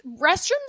restrooms